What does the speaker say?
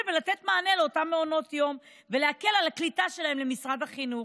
ולתת מענה לאותם מעונות יום ולהקל על הקליטה שלהם במשרד החינוך.